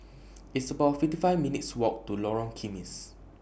It's about fifty five minutes' Walk to Lorong Kismis